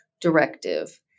directive